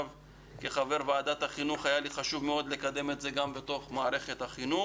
בתור חבר ועדת החינוך היה לי חשוב מאוד לקדם את זה גם במערכת החינוך.